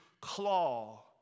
claw